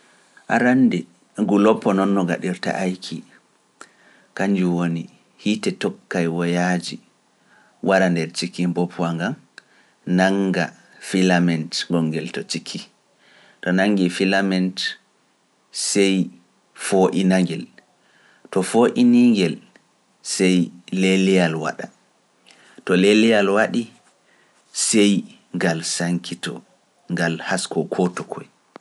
Arannde ngu lobbo noon no ngaɗirta ayki, kanjum woni hiite tokkay woyaaji wara nder cikii mboppa nga, nannga filament gonngel to cikii, to nanngi filament sey foo'ina ngel, to foo'ini ngel sey leeliyal waɗa, to leeliyal waɗi sey ngal sankitoo ngal hasko kooto koye.